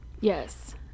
Yes